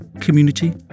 community